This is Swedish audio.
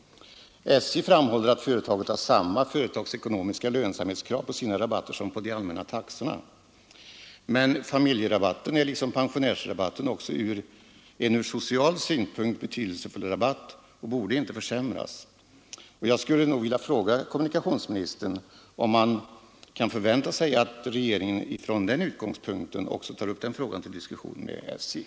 SJ framhåller att företaget har samma företagsekonomiska lönsamhetskrav på sina rabatter som på de allmänna taxorna. Men familjerabatten är liksom pensionärsrabatten en från social synpunkt betydelsefull rabatt och borde inte försämras. Jag skulle vilja fråga kommunikationsministern om vi kan förvänta att regeringen tar upp också den frågan till diskussion med SJ.